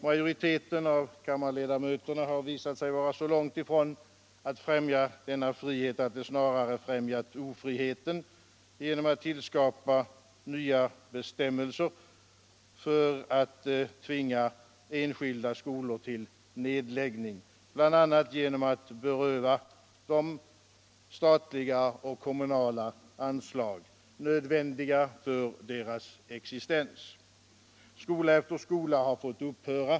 Majoriteten av ledamöterna har visat sig vara så långt från att vilja främja denna frihet att de snarare främjar ofriheten genom att skapa nya bestämmelser för att tvinga enskilda skolor till nedläggning bl.a. genom att beröva dem statliga och kommunala anslag, nödvändiga för deras existens. Skola efter skola har fått upphöra.